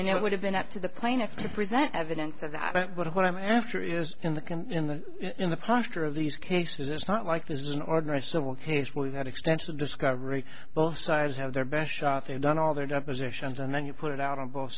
that it would have been up to the plaintiff to present evidence of that but what i'm after is in the can in the in the posture of these cases it's not like this is an ordinary civil case where we've had extensive discovery both sides have their best shot they've done all their depositions and then you put it out on both